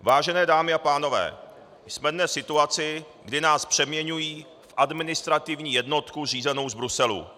Vážené dámy a pánové, jsme dnes v situaci, kdy nás přeměňují v administrativní jednotku řízenou z Bruselu.